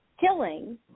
killing